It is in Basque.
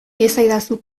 iezadazu